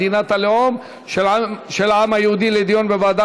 מדינת הלאום של העם היהודי לדיון בוועדה